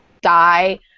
die